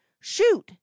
Shoot